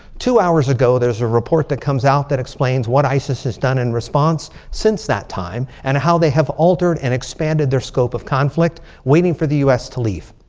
two hours ago, there's a report that comes out that explains what isis has done in response since that time. and how they have altered and expanded their scope of conflict. waiting for the us to leave.